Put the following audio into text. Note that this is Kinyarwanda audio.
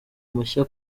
mushya